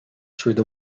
through